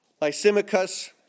Lysimachus